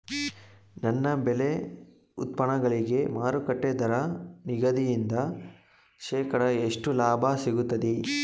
ನನ್ನ ಬೆಳೆ ಉತ್ಪನ್ನಗಳಿಗೆ ಮಾರುಕಟ್ಟೆ ದರ ನಿಗದಿಯಿಂದ ಶೇಕಡಾ ಎಷ್ಟು ಲಾಭ ಸಿಗುತ್ತದೆ?